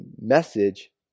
message